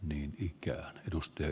niin ikään dusty